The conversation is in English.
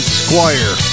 squire